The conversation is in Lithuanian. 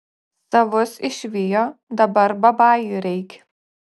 savus išvijo dabar babajų reik